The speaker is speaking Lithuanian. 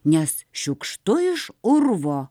nes šiukštu iš urvo